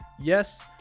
Yes